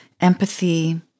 Empathy